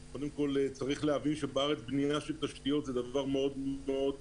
צריך להבין שבארץ בנייה של תשתיות זה דבר מאוד איטי,